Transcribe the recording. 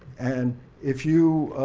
and if you